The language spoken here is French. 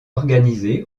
organisé